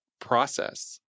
process